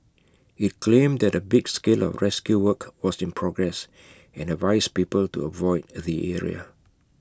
IT claimed that A big scale of rescue work was in progress and advised people to avoid the area